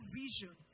vision